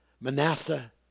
Manasseh